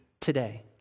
today